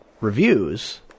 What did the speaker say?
reviews